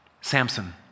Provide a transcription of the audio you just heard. Samson